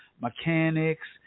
mechanics